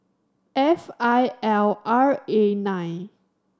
F I L R A nine